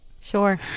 sure